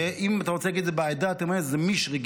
ואם אתה רוצה להגיד את זה בעדה התימנית זה מישרגי,